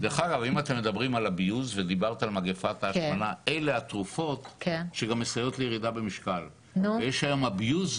של מספר הבקשות שהוגשו לעומת מספר הבקשות שנכללו בפועל